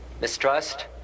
mistrust